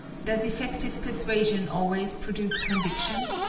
does effective persuasion always produce conviction?